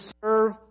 serve